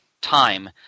time